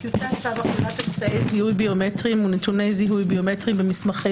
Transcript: טיוטת צו הכללת אמצעי זיהוי ביומטריים ונתוני זיהוי ביומטריים במסמכי